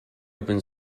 open